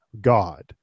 God